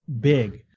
big